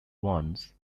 once